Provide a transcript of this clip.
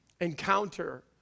encounter